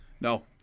No